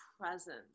presence